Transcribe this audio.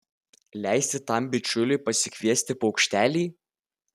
leisti tam bičiuliui pasikviesti paukštelį